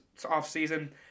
offseason